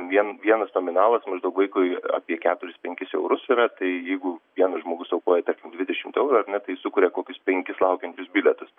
vien vienas nominalas maždaug vaikui apie keturis penkis eurus yra tai jeigu vienas žmogus aukoja tarkim dvidešimt eurų ar ne tai jis sukuria kokius penkis laukiančius bilietus